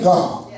God